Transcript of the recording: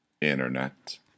Internet